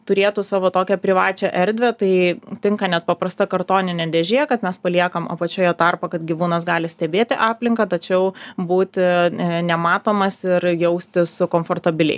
turėtų savo tokią privačią erdvę tai tinka net paprasta kartoninė dėžė kad mes paliekam apačioje tarpą kad gyvūnas gali stebėti aplinką tačiau būti nematomas ir jaustis komfortabiliai